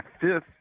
fifth